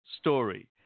story